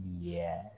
Yes